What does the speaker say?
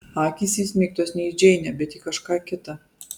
akys įsmeigtos ne į džeinę bet į kažką kitą